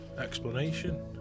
explanation